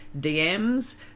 DMs